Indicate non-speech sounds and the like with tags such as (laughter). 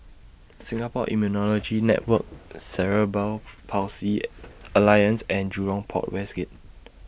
Singapore Immunology Network Cerebral Palsy (noise) Alliance and Jurong Port West Gate